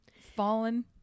fallen